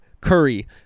Curry